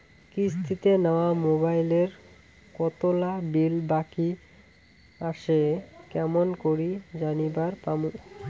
কিস্তিতে নেওয়া মোবাইলের কতোলা বিল বাকি আসে কেমন করি জানিবার পামু?